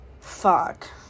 fuck